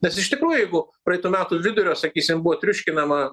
nes iš tikrųjų jeigu praeitų metų vidurio sakysim buvo triuškinama